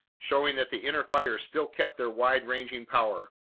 showing that the inner fires still kept their wide-ranging power.